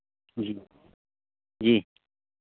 जी जी